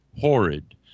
horrid